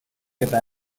eta